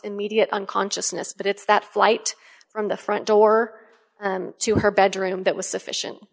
immediate unconsciousness but it's that flight from the front door to her bedroom that was sufficient